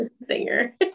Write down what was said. singer